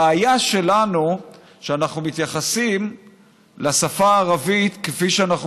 הבעיה שלנו היא שאנחנו מתייחסים לשפה הערבית כפי שאנחנו